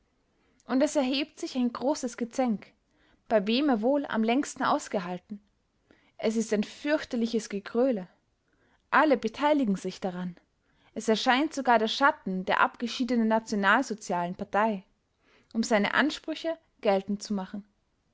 und es erhebt sich ein großes gezänk bei wem er wohl am längsten ausgehalten es ist ein fürchterliches gegröhle alle beteiligen sich daran es erscheint sogar der schatten der abgeschiedenen nationalsozialen partei um seine ansprüche geltend zu machen